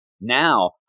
now